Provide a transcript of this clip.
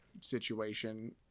situation